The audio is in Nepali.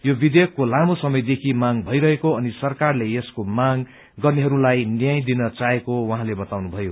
यो विधेयकको लामो समयदेखि माग भइरहेको अनि सरकारले यसको माग गर्नेहरूलाई न्याय दिन चाहेको उहाँले बताउनुभयो